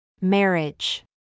Marriage